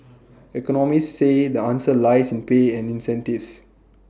economists say the answer lies in pay and incentives